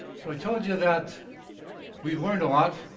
so i told you that we've learned a lot,